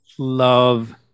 Love